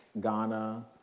Ghana